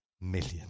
million